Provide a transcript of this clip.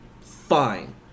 Fine